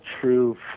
true